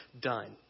Done